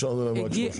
רק שלושה.